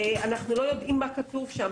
אנחנו לא יודעים מה כתוב שם,